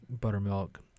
buttermilk